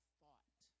thought